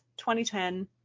2010